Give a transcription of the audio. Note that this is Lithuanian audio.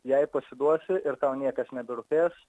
jei pasiduosi ir tau niekas neberūpės